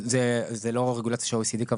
זה לא רגולציה שה-OECD,